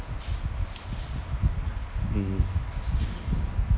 mm